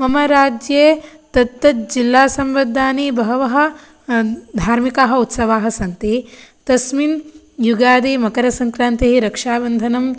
मम राज्ये तत्तत् जिल्ला सम्बद्धानि बहवः धार्मिकाः उत्सवाः सन्ति तस्मिन् युगादि मकरसन्क्रान्तिः रक्षाबन्धनं